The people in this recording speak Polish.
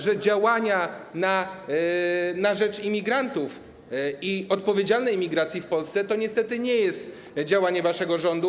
że działanie na rzecz imigrantów i odpowiedzialnej imigracji w Polsce to niestety nie jest działanie waszego rządu.